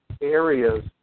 areas